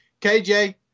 KJ